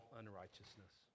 unrighteousness